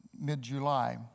mid-July